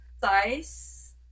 size